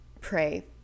pray